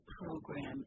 program